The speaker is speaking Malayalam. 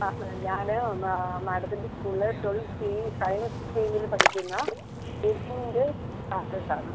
ആ ഞാൻ ഒന്ന് മാഡത്തിൻ്റെ സ്കൂൾലെ ട്വൽവ് സി സയൻസ് സ്ട്രീമിൽ പഠിക്കുന്ന എബിൻ്റെ പാരൻറ്റാണ്